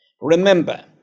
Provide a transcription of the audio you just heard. remember